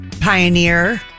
pioneer